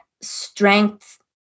strength